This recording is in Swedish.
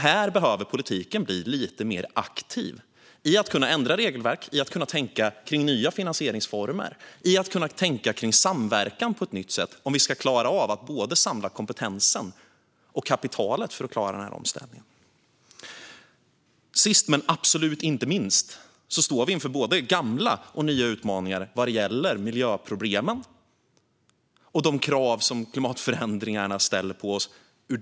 Här behöver politiken bli lite mer aktiv när det gäller att ändra regelverk, tänka kring nya finansieringsformer och tänka kring samverkan på ett nytt sätt om vi ska kunna samla kompetensen och kapitalet för att klara denna omställning. Sist men absolut inte minst står vi inför både gamla och nya utmaningar vad gäller miljöproblemen och de krav som klimatförändringarna ställer på oss.